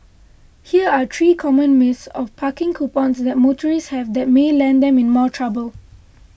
here are three common myths of parking coupons that motorists have that may land them in more trouble